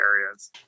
areas